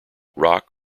rock